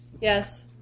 Yes